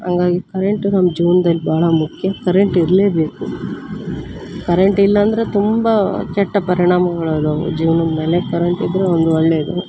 ಹಂಗಾಗಿ ಕರೆಂಟು ನಮ್ಮ ಜೀವನ್ದಲ್ಲಿ ಭಾಳ ಮುಖ್ಯ ಕರೆಂಟ್ ಇರಲೇಬೇಕು ಕರೆಂಟಿಲ್ಲ ಅಂದರೆ ತುಂಬ ಕೆಟ್ಟ ಪರಿಣಾಮಗಳದಾವು ಜೀವನದ್ಮೇಲೆ ಕರೆಂಟ್ ಇದ್ದರೆ ಒಂದು ಒಳ್ಳೆಯದು